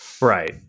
Right